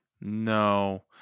No